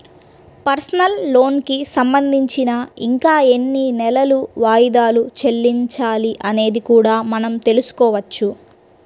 personal లోనుకి సంబంధించి ఇంకా ఎన్ని నెలలు వాయిదాలు చెల్లించాలి అనేది కూడా మనం తెల్సుకోవచ్చు